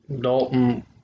Dalton